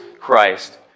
Christ